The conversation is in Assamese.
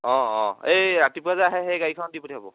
অঁ অঁ এই ৰাতিপুৱা যে আহে সেই গাড়ীখনত দি পঠিয়াব